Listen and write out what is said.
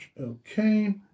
Okay